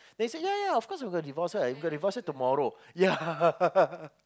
then he say ya ya of course I'm gonna divorce her I'm gonna divorce her tomorrow ya